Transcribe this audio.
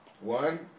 One